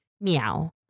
meow